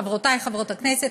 חברותי חברות הכנסת,